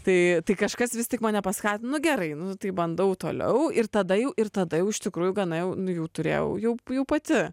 tai tai kažkas vis tik mane paskatino nu gerai nu tai bandau toliau ir tada jau ir tada jau iš tikrųjų gana jau nu jau turėjau jau jau pati